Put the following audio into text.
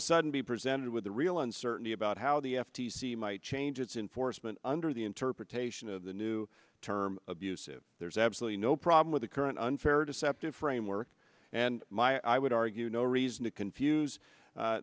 a sudden be presented with a real uncertainty about how the f t c might change its in foresman under the interpretation of the new term abusive there's absolutely no problem with the current unfair deceptive framework and my i would argue no reason to confuse